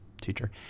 teacher